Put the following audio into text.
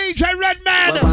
Redman